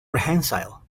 prehensile